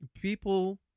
People